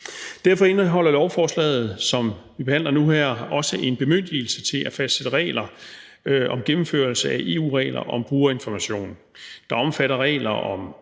Derfor indeholder lovforslaget, som vi behandler nu her, også en bemyndigelse til at fastsætte regler om gennemførelse af EU-regler om brugerinformation, der omfatter regler om